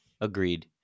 Agreed